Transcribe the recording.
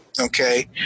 okay